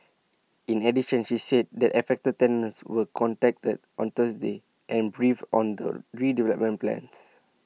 in addition she said that affected tenants were contacted on Thursday and briefed on the redevelopment plans